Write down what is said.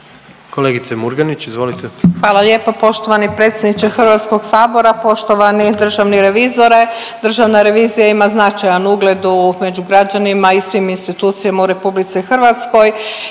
izvolite. **Murganić, Nada (HDZ)** Hvala lijepo poštovani predsjedniče HS-a. Poštovani državni revizore. Državna revizija ima značajan ugled među građanima i svim institucijama u RH, imate preko